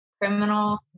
criminal